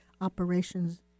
operations